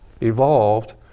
evolved